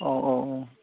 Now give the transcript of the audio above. औ औ औ